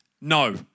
No